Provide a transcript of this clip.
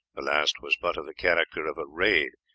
the last was but of the character of a raid,